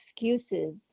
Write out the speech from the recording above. excuses